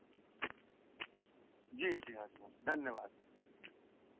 एक हज़ार राखय परतै ठीक ठीक